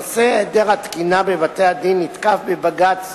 נושא היעדר התקינה בבתי-הדין נתקף בבג"ץ